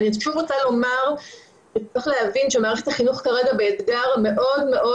אני שוב רוצה לומר שצריך להבין שמערכת החינוך כרגע באתגר מאוד מאוד